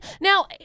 Now